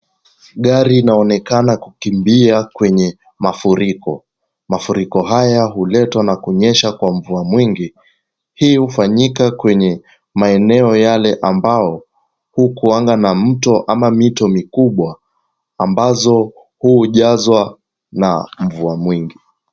Gari inaonekana kukimbia kwenye mafuriko. Mafuriko haya huletwa na kunyesha kwa mvua mwingi. Hii hufanyika kwenye maeneo yale ambao hukuanga na mto au mito mikubwa, ambazo hujazwa na mvua mwingi.